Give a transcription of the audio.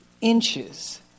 inches